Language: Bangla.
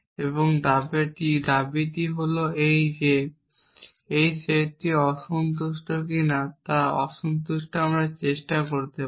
এবং দাবিটি হল যে এই সেটটি অসন্তুষ্ট কিনা তা অসন্তুষ্ট আমরা চেষ্টা করতে পারি